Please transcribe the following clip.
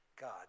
God